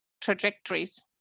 trajectories